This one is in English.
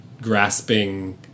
grasping